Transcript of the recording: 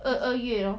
二月 lor